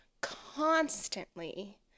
constantly